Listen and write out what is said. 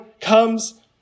comes